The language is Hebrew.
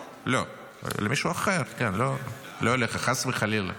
למישהו אחר, לא אליך, חס וחלילה.